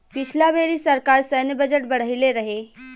पिछला बेरी सरकार सैन्य बजट बढ़इले रहे